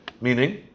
Meaning